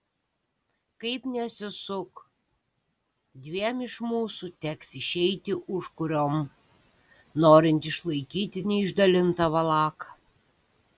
kaip nesisuk dviem iš mūsų teks išeiti užkuriom norint išlaikyti neišdalintą valaką